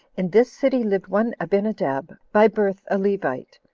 in this city lived one abinadab, by birth a levite,